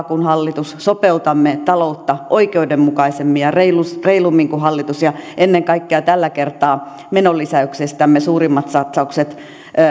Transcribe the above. kuin hallitus sopeutamme taloutta oikeudenmukaisemmin ja reilummin kuin hallitus ja ennen kaikkea tällä kertaa menolisäyksistämme suurimmat satsaukset